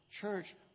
church